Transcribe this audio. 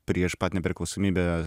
prieš pat nepriklausomybę